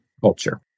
culture